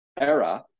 era